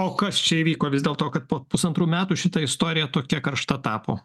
o kas čia įvyko vis dėl to kad po pusantrų metų šita istorija tokia karšta tapo